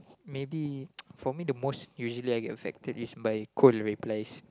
maybe for me the most usually I get affected is by cold replies